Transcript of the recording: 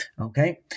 Okay